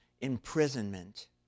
imprisonment